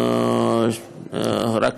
רק